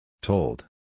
Told